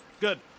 good